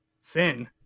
Sin